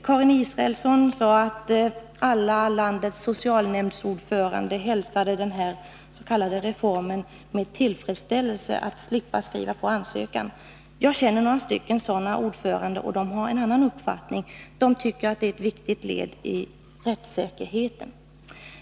Karin Israelsson sade att alla landets socialnämndsordförande hälsade denna s.k. reform med tillfredsställelse, eftersom de skulle slippa att skriva på ansökan. Jag känner några ordförande, och de har en annan uppfattning — de tycker att det är ett viktigt led i rättssäkerheten att bibehålla kravet på formell ansökan.